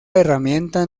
herramienta